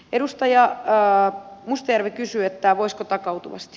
edustaja mustajärvi kysyi että voisiko takautuvasti